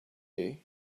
you